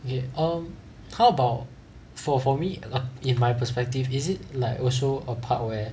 okay um how about for for me in my perspective is it like also a part where